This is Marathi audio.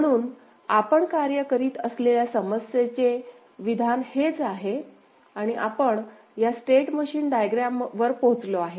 म्हणून आपण कार्य करीत असलेल्या समस्येचे विधान हेच आहे आणि आपण या स्टेट मशीन डायग्रॅम वर पोहोचलो आहे